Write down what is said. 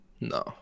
No